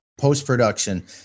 post-production